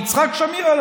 ויצחק שמיר,